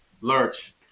lurch